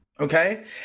Okay